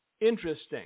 interesting